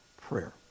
prayer